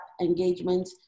engagement